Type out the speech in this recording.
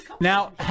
now